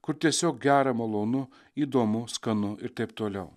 kur tiesiog gera malonu įdomu skanu ir taip toliau